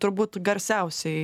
turbūt garsiausiai